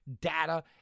data